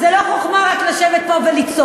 אז לא חוכמה רק לשבת פה ולצעוק,